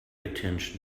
attention